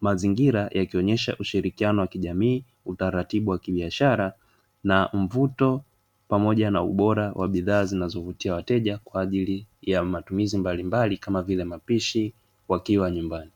mazingira yakionesha ushirikiano wa kijamii utaratibu wa kibiashara na mvuto pamoja na ubora wa bidhaa zinazovutia wateja kwa ajili ya matumizi mbalimbali kama vile mapishi wakiwa nyumbani.